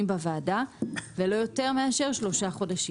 בוועדה ולא יותר מאשר שלושה חודשים'.